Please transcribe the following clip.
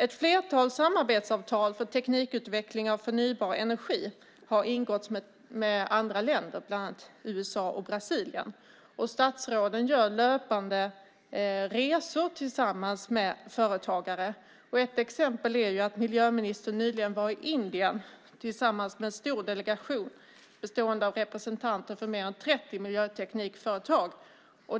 Ett flertal samarbetsavtal för teknikutveckling av förnybar energi har ingåtts med andra länder, bland annat USA och Brasilien. Statsråden gör löpande resor tillsammans med företagare. Ett exempel är att miljöministern nyligen var i Indien tillsammans med en stor delegation med representanter för mer än 30 miljöteknikföretag.